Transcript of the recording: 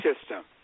system